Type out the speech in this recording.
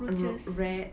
got rats